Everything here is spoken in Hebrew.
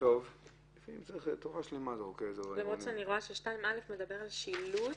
-- למרות שנראה ש-2(א) מדבר על שילוט,